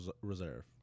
Reserve